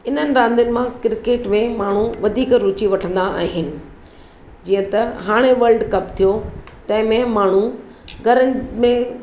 इन्हनि रांदियुनि मां क्रिकेट में माण्हू वधीक रुची वठंदा आहिनि जीअं त हाणे वल्ड कप थियो तंहिं में माण्हू घरनि में